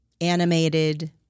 animated